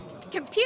Computer